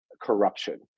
corruption